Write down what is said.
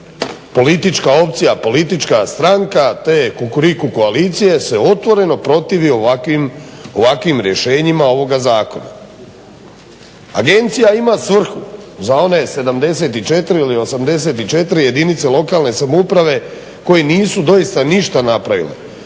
politička opcija, politička stranka te Kukuriku koalicije se otvoreno protivi ovakvim rješenjima ovoga zakona. Agencija ima svrhu za one 74 ili 84 jedinice lokalne samouprave koje nisu doista ništa napravile,